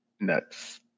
nuts